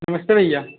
नमस्ते भैया